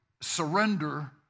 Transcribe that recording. surrender